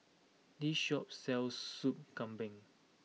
this shop sells Sup Kambing